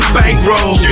bankroll